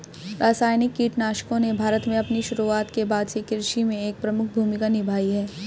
रासायनिक कीटनाशकों ने भारत में अपनी शुरुआत के बाद से कृषि में एक प्रमुख भूमिका निभाई है